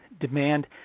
demand